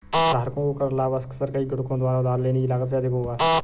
धारकों को कर लाभ अक्सर कई गुणकों द्वारा उधार लेने की लागत से अधिक होगा